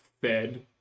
fed